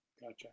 Gotcha